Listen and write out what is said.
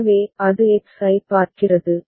எனவே அது X ஐப் பார்க்கிறது